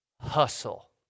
hustle